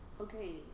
Okay